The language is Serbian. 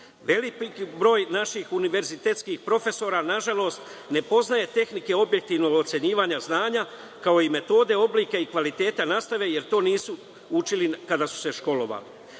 broj naših univerzitetskih profesora ne poznaje tehnike objektivnog ocenjivanja znanja, kao i metode, oblike i kvalitete nastave, jer to nisu učili kada su se školovali. Škole